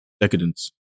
Decadence